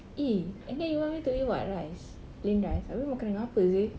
eh and then you want me to eat what rice plain rice abeh makan dengan apa seh